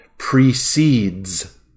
precedes